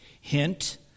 Hint